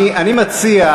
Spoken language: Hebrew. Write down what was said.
אני מציע,